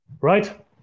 right